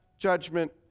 Judgment